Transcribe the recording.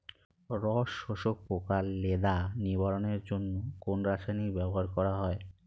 রস শোষক পোকা লেদা নিবারণের জন্য কোন রাসায়নিক ব্যবহার করা হয়?